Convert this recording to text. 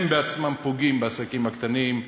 הם בעצמם פוגעים בעסקים הקטנים,